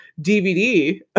dvd